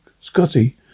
Scotty